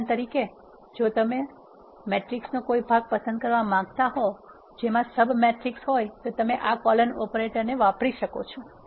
ઉદાહરણ તરીકે જો તમે મેટ્રિક્સનો કોઈ ભાગ પસંદ કરવા માંગતા હો જેમાં સબ મેટ્રિક્સ હોય તો તમે આ કોલોન ઓપરેટર ને વાપરી શકો છો